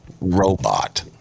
robot